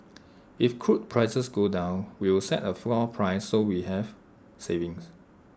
if crude prices go down we will set A floor price so we have savings